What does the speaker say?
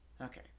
Okay